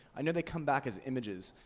i know they come back as images.